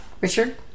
Richard